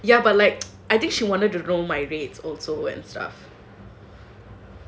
ya but like I think she wanted to roam my rates also and stuff